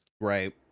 Right